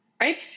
right